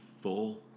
full